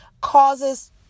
causes